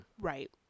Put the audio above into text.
Right